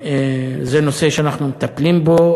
זה נושא שאנחנו מטפלים בו,